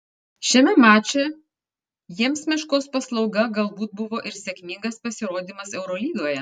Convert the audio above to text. šiame mače jiems meškos paslauga galbūt buvo ir sėkmingas pasirodymas eurolygoje